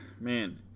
man